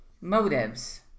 Motives